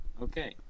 Okay